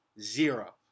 Zero